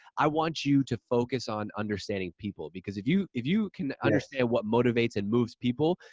i want you to focus on understanding people because if you if you can understand what motivates and moves people,